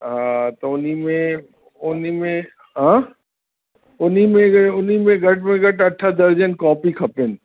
हा त उन्ही में उन्ही में हां उन्ही में जे उन्ही में घट में घटि अठ दर्जन कॉपी खपनि